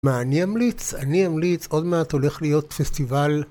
מה אני אמליץ? אני אמליץ, עוד מעט הולך להיות פסטיבל.